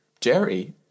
Jerry